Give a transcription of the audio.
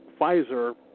Pfizer